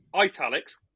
italics